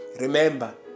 Remember